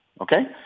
okay